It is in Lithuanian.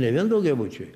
ne vien daugiabučiai